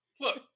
Look